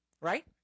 Right